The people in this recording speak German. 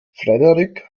frederik